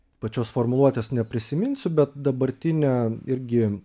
pačios formuluotės neprisiminsiu bet dabartinė irgi